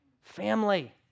family